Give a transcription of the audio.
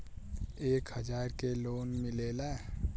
एक हजार के लोन मिलेला?